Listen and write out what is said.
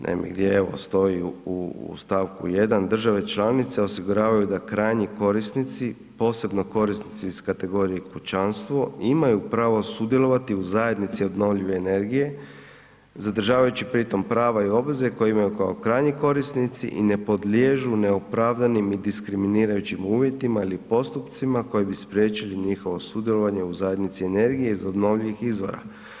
Naime, stoji u stavku 1. „Države članice osiguravaju da krajnji korisnici, posebno korisnici iz kategorije kućanstvo, imaju pravo sudjelovati u zajednici obnovljive energije zadržavajući pri tom prava i obveze koje imaju kao krajnji korisnici i ne podliježu neopravdanim i diskriminirajućim uvjetima ili postupcima koji bi spriječili njihovo sudjelovanje u zajednici energije iz obnovljivih izvora.